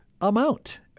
amount